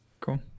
Cool